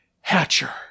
Hatcher